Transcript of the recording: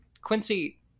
Quincy